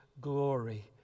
glory